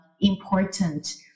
important